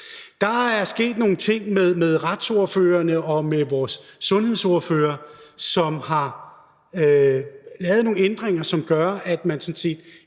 Der er sket nogle ting med retsordførerne og med vores sundhedsordførere, så de har lavet nogle ændringer, som betyder, at man skal vise